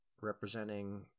representing